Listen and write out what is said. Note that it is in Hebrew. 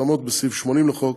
לערוך התאמות בסעיף 80 לחוק,